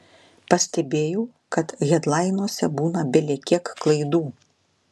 pastebėjau kad hedlainuose būna belekiek klaidų